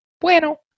bueno